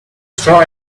straw